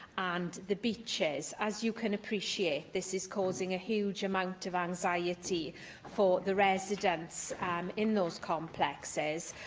and the beeches. as you can appreciate, this is causing a huge amount of anxiety for the residents in those complexes